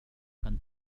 kan